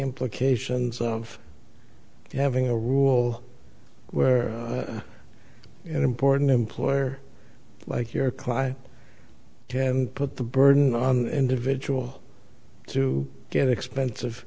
implications of having a rule where an important employer like your client and put the burden on individual to get expensive